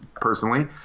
personally